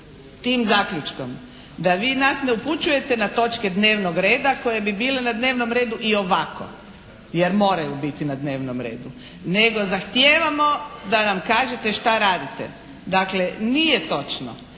tim zaključkom da vi nas ne upućujete na točke dnevnog reda koje bi bile na dnevnom redu i ovako jer moraju biti na dnevnom redu, nego zahtijevamo da nam kažete šta radite. Dakle, nije točno